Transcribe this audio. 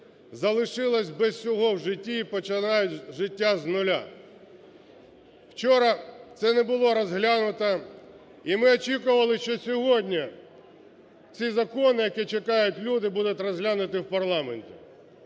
залишились без всього в житті і починають життя з нуля. Вчора це не було розглянуто, і ми очікували, що сьогодні ці закони, які чекають люди, будуть розглянуті в парламенті.